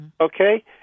okay